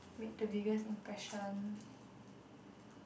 made to bigger impression